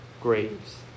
graves